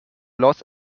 los